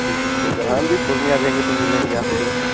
ठीक है ठीक है हम भी पूर्णियाँ जाएंगे तो मिलेंगे आपसे